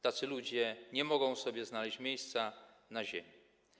Tacy ludzie nie mogą sobie znaleźć miejsca na ziemi.